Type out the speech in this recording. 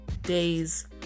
days